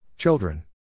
Children